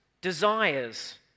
desires